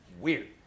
weird